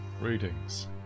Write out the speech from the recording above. Greetings